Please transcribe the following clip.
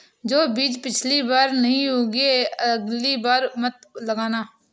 जो बीज पिछली बार नहीं उगे, अगली बार मत लाना